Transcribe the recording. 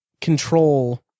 control